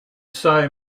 say